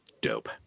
Dope